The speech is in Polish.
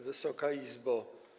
Wysoka Izbo!